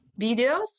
videos